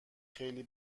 خیلی